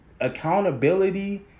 accountability